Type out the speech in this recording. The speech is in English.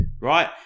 Right